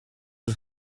het